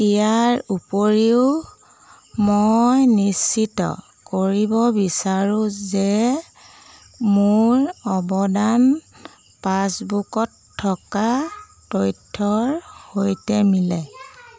ইয়াৰ উপৰিও মই নিশ্চিত কৰিব বিচাৰো যে মোৰ অৱদান পাছবুকত থকা তথ্যৰ সৈতে মিলে